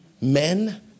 men